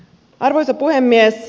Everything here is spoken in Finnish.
arvoisa puhemies